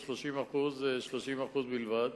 מדובר על 30%. 30% בלבד.